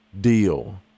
deal